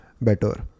better